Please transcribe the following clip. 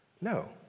No